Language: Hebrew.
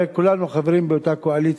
הרי כולם חברים באותה קואליציה.